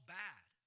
bad